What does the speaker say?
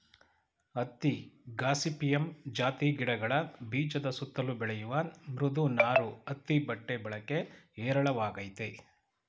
ಹತ್ತಿ ಗಾಸಿಪಿಯಮ್ ಜಾತಿ ಗಿಡಗಳ ಬೀಜದ ಸುತ್ತಲು ಬೆಳೆಯುವ ಮೃದು ನಾರು ಹತ್ತಿ ಬಟ್ಟೆ ಬಳಕೆ ಹೇರಳವಾಗಯ್ತೆ